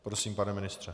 Prosím, pane ministře.